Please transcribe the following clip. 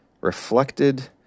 reflected